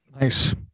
Nice